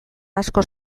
asko